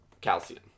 calcium